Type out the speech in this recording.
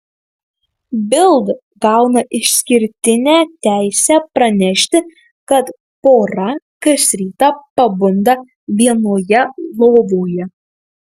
bild gauna išskirtinę teisę pranešti kad pora kas rytą pabunda vienoje lovoje